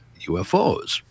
UFOs